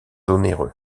onéreux